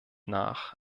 nach